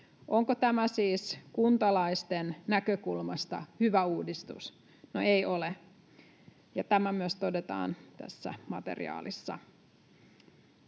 Onko tämä siis kuntalaisten näkökulmasta hyvä uudistus? No ei ole, ja tämä myös todetaan tässä materiaalissa.